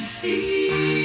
see